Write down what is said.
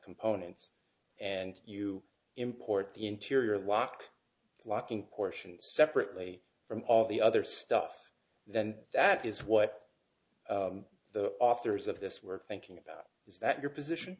components and you import the interior lock locking portion separately from all the other stuff then that is what the authors of this were thinking about is that your position